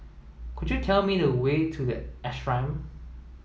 could you tell me the way to The Ashram